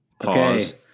Pause